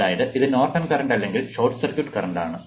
അതായത് ഇത് Norton current അല്ലെങ്കിൽ ഷോർട്ട് സർക്യൂട്ട് കറന്റ് ആണ്